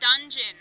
Dungeon